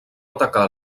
atacar